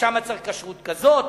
ששם צריך כשרות כזאת,